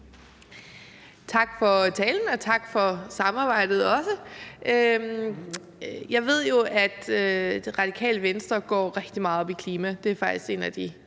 Tak for talen, og også tak for samarbejdet. Jeg ved jo, at Radikale Venstre går rigtig meget op i klima. Det er faktisk en af de